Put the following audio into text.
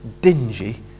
dingy